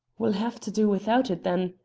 we'll have to do without it, then,